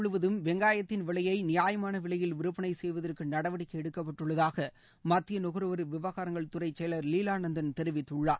முழுவதும் வெங்காயத்தின் விலையை நியாயமான விலையில் விற்பனை செய்வதற்கு நாடு நடவடிக்கை எடுக்கப்பட்டுள்ளதாக மத்திய நுகர்வோர் விவகாரங்கள் துறை செயலர் லீலா நந்தன் தெரிவித்துள்ளார்